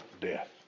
death